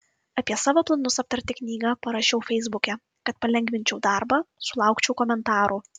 apie savo planus aptarti knygą parašiau feisbuke kad palengvinčiau darbą sulaukčiau komentarų